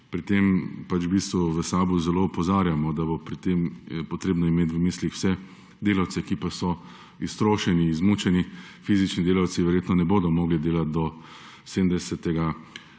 Pri tem v SAB opozarjamo, da bo pri tem treba imeti v mislih vse delavce, ki so iztrošeni, izmučeni. Fizični delavci verjetno ne bodo mogli delati do 70. ali